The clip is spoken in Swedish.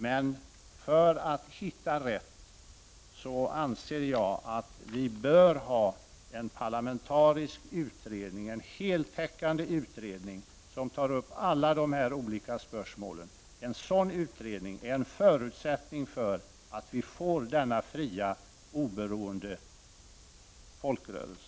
Men jag anser att vi bör ha en heltäckande parlamentarisk utredning, som tar upp alla dessa olika spörsmål, för att vi skall hitta rätt. En sådan utredning är en förutsättning för en fri och oberoende folkrörelse.